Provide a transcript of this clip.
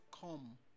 come